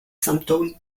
symptômes